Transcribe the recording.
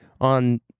on